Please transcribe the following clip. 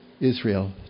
Israel